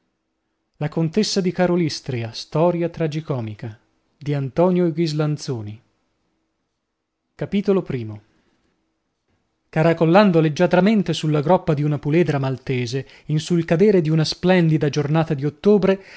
la contessa di karolystria capitolo i caracollando leggiadramente sulla groppa di una puledra maltese in sul cadere di una splendida giornata di ottobre